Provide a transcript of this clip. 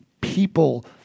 people